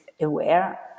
aware